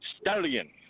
Stallion